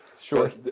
Sure